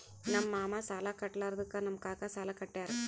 ನಮ್ ಮಾಮಾ ಸಾಲಾ ಕಟ್ಲಾರ್ದುಕ್ ನಮ್ ಕಾಕಾ ಸಾಲಾ ಕಟ್ಯಾರ್